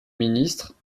ministre